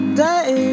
day